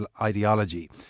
ideology